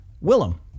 Willem